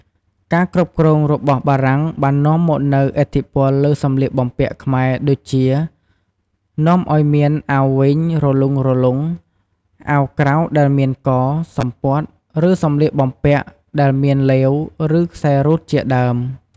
ការគ្រប់គ្រងរបស់បារំាងបាននាំមកនូវឥទ្ធិពលលើសម្លៀកបំពាក់ខ្មែរដូចជា នាំឱ្យមានអាវវែងរលុងៗ អាវក្រៅដែលមានក សំពត់ ឬសម្លៀកបំពាក់ដែលមានឡេវ ឬ ខ្សែរ៉ូតជាដើម។